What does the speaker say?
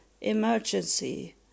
emergency